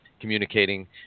communicating